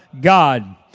God